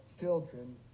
children